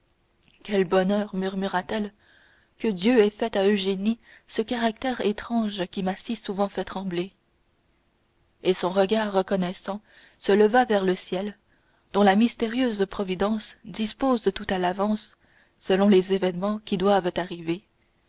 quel bonheur murmura-t-elle que dieu ait fait à eugénie ce caractère étrange qui m'a si souvent fait trembler et son regard reconnaissant se leva vers le ciel dont la mystérieuse providence dispose tout à l'avance selon les événements qui doivent arriver